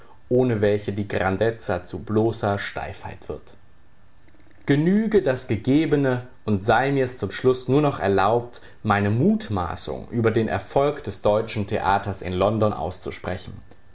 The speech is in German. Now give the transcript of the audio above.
ohne welche die grandezza zu bloßer steifheit wird genüge das gegebene und sei mir's zum schluß nur noch erlaubt meine mutmaßung über den erfolg des deutschen theaters in london auszusprechen